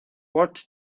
what